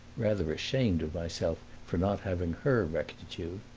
rather ashamed of myself for not having her rectitude.